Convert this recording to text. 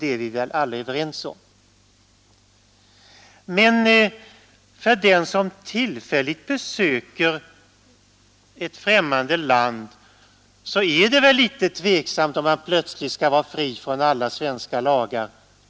Men när det gäller en person som tillfälligt besöker ett främmande land är det väl tveksamt om han plötsligt bör bli fri från svenska lagar.